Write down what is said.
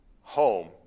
Home